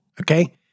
okay